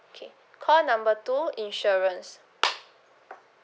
okay call number two insurance